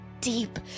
deep